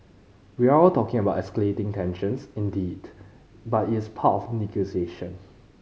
we're all talking about escalating tensions indeed but it's part of negotiation